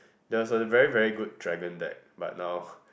there was a very very good dragon deck but now